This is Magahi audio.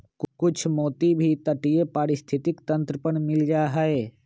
कुछ मोती भी तटीय पारिस्थितिक तंत्र पर मिल जा हई